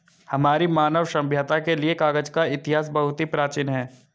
हमारी मानव सभ्यता के लिए कागज का इतिहास बहुत ही प्राचीन है